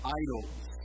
idols